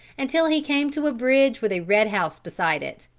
until he came to a bridge with a red house beside it.